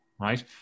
Right